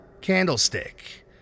candlestick